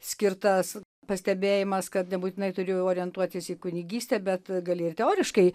skirtas pastebėjimas kad nebūtinai turi orientuotis į kunigystę bet gali ir teoriškai